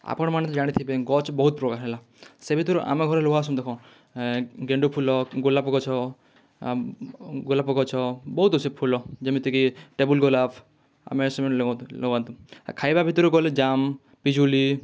ଆପଣମାନେ ତ ଜାଣିଥିବେ ଗଛ୍ ବହୁତ୍ ପ୍ରକାର ହେଲା ସେ ଭିତରୁ ଆମ ଘରଲୋକ ଦେଖ ଗେଣ୍ଡୁ ଫୁଲ ଗୋଲାପ ଗଛ ଆମ ଗୋଲାପ ଗଛ୍ ବହୁତ୍ ଅଛି ଫୁଲ ଯେମିତିକି ଟେବୁଲ୍ ଗୋଲାପ୍ ଆମେ ଖାଇବା ଭିତରୁ ଗଲେ ଜାମ୍ ପିଜୁଳି